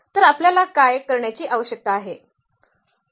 तर आपल्याला काय करण्याची आवश्यकता आहे